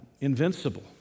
invincible